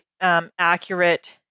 accurate